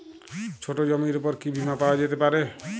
ছোট জমির উপর কি বীমা পাওয়া যেতে পারে?